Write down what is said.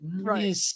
Right